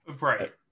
right